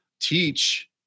teach